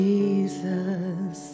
Jesus